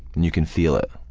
and you can feel it,